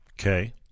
Okay